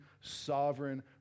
sovereign